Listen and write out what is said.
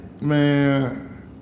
man